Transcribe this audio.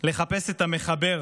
לחפש את המחבר,